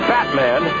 Batman